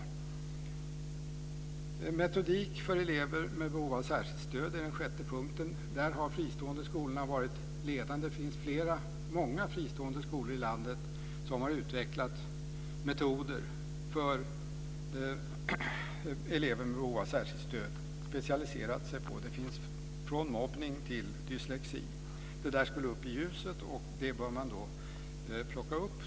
Den sjätte punkten är metodik för elever med behov av särskilt stöd. Där har de fristående skolorna varit ledande. Det finns många fristående skolor i landet som har utvecklat metoder för elever med behov av särskilt stöd och specialiserat sig på detta. Det handlar om allt från mobbning till dyslexi. Detta borde komma upp i ljuset.